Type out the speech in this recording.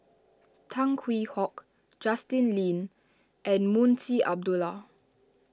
Tan Hwee Hock Justin Lean and Munshi Abdullah